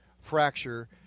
fracture